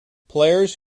players